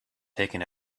taken